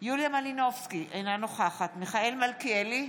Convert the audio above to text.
יוליה מלינובסקי, אינה נוכחת מיכאל מלכיאלי,